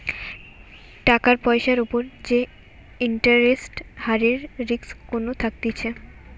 টাকার পয়সার উপর যে ইন্টারেস্ট হারের রিস্ক কোনো থাকতিছে